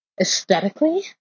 Aesthetically